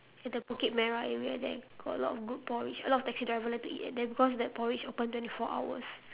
at the bukit merah area there got a lot of good porridge a lot of taxi driver like to eat at there because that porridge open twenty four hours